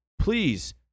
please